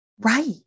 Right